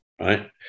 right